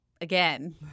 again